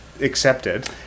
accepted